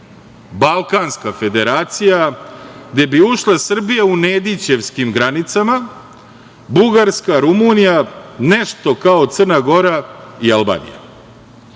Balkanska federacija gde bi ušle Srbija u Nedićevskim granicama, Bugarska, Rumunija, nešto kao Crna Gora i